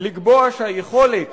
לקבוע שהיכולת